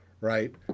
right